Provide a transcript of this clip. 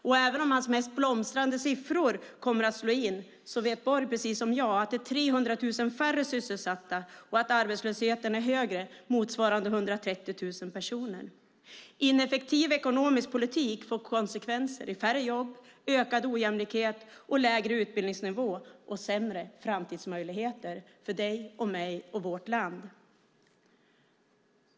Och även om hans mest blomstrande siffror kommer att slå in vet Borg precis som jag att det är 300 000 färre sysselsatta och att arbetslösheten är högre, motsvarande 130 000 personer. Ineffektiv ekonomisk politik får konsekvenser i färre jobb, ökad ojämlikhet, lägre utbildningsnivå och sämre framtidsmöjligheter för dig och mig och vårt land.